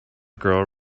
girl